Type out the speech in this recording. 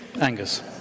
Angus